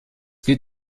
geht